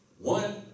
One